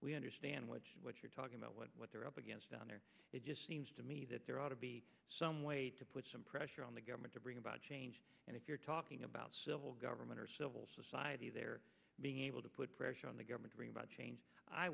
we understand what what you're talking about what they're up against down there it just seems to me that there ought to be some way to put some pressure on the government to bring about change and if you're talking about civil government or civil society there being able to put pressure on the government bring about change i